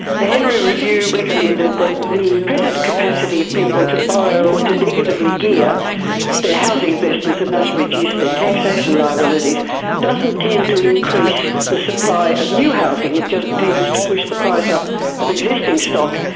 the henry review recommended that the present capacity of people to borrow to negatively gear their housing investments and thus reduce their taxation liabilities doesn't tend to increase the supply of new housing, it just tends to push the price up of existing stock.